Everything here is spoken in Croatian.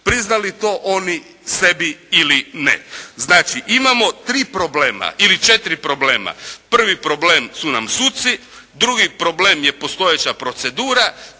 priznali to oni sebi ili ne. Znači imamo tri problema ili četiri problema. Prvi problem su nam suci, drugi problem je postojeća procedura,